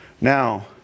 Now